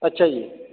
ਅੱਛਾ ਜੀ